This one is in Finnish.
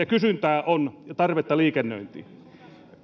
kysyntää on ja tarvetta liikennöintiin